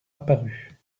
apparu